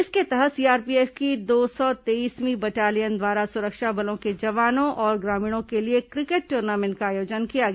इसके तहत सीआरपीएफ की दो सौ तेईसवीं बटालियन द्वारा सुरक्षा बलों के जवानों और ग्रामीणों के लिए क्रिकेट ट्र्नामेंट का आयोजन किया गया